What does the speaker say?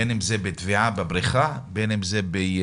בין אם זה בטביעה בבריכה ובין אם זה בתאונה.